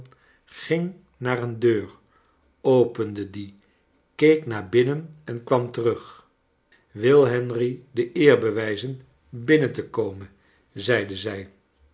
ging naar een deur opende die keek naar binnen e n kwam terug wil henry de eer bewijzen binnen te kornen zeide zij